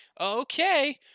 okay